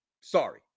Sorry